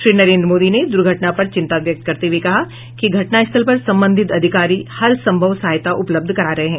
श्री नरेन्द्र मोदी ने दुर्घटना पर चिंता व्यक्त करते हुए कहा है कि घटनास्थल पर संबंधित अधिकारी हरसंभव सहायता उपलब्ध करा रहे हैं